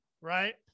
right